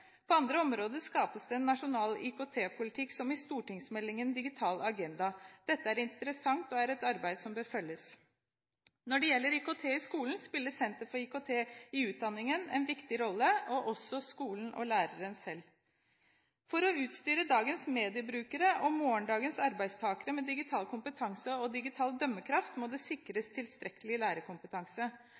På andre områder skapes en nasjonal IKT-politikk, som i stortingsmeldingen om digital agenda. Dette er interessant og et arbeid som bør følges. Når det gjelder IKT i skolen, spiller Senter for IKT i utdanningen en viktig rolle, og også skolen og læreren selv. For å utstyre dagens mediebrukere og morgendagens arbeidstakere med digital kompetanse og digital dømmekraft må det sikres tilstrekkelig lærerkompetanse.